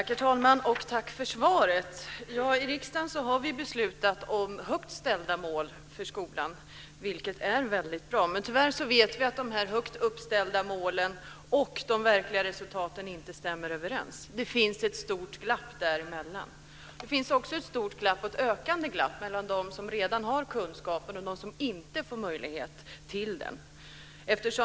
Herr talman! Tack för svaret. I riksdagen har vi beslutat om högt ställda mål för skolan, vilket är väldigt bra. Tyvärr vet vi att de högt ställda målen och de verkliga resultaten inte stämmer överens. Det finns ett stort glapp däremellan. Det finns också ett stort glapp, och ett ökande glapp, mellan dem som redan har kunskapen och dem som inte har möjlighet att få den.